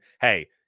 hey